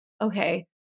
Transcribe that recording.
Okay